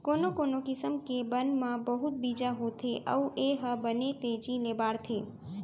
कोनो कोनो किसम के बन म बहुत बीजा होथे अउ ए ह बने तेजी ले बाढ़थे